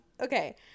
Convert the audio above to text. Okay